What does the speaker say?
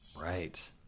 right